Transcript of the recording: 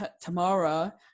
Tomorrow